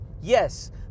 Yes